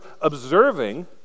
observing